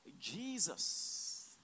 Jesus